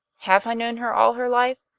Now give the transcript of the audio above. have i known her all her life?